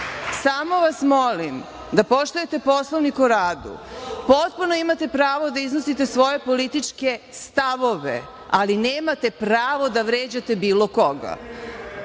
samo vas molim da poštujete Poslovnik o radu. Potpuno imate pravo da iznosite svoje političke stavove, ali nemate pravo da vređate bilo koga.